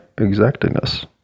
exactness